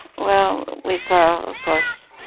well, we saw, of course,